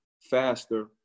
faster